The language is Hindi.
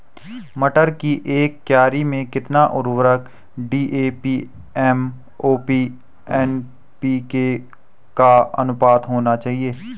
मटर की एक क्यारी में कितना उर्वरक डी.ए.पी एम.ओ.पी एन.पी.के का अनुपात होना चाहिए?